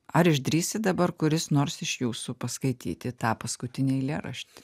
ar išdrįsit dabar kuris nors iš jūsų paskaityti tą paskutinį eilėrašt